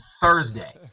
Thursday